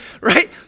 Right